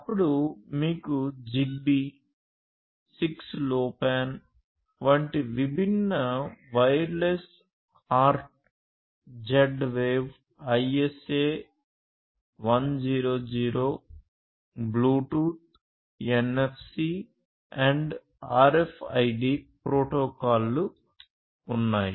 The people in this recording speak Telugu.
అప్పుడు మీకు జిగ్బీ 6LoWPAN వంటి విభిన్న Wireless HART Z Wave ISA 100 Bluetooth NFC and RFID ప్రోటోకాల్లు ఉన్నాయి